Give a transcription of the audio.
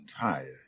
tired